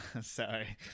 Sorry